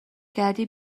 کردی